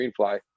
Greenfly